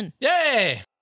Yay